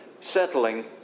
settling